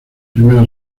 primera